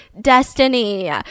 destiny